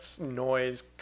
noise